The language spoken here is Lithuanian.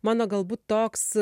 mano galbūt toks